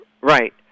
Right